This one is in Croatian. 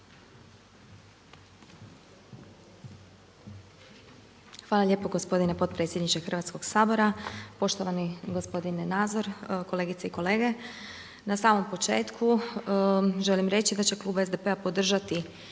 Hvala lijepo gospodine potpredsjedniče Hrvatskoga sabora, poštovani gospodine Nazor, kolegice i kolege. Na samo početku želim reći da će klub SDP-a podržati